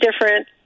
different